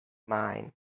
mine